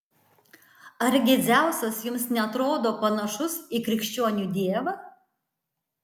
argi dzeusas jums neatrodo panašus į krikščionių dievą